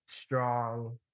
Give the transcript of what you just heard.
strong